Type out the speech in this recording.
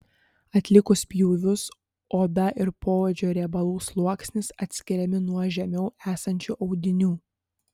atlikus pjūvius oda ir poodžio riebalų sluoksnis atskiriami nuo žemiau esančių audinių